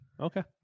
Okay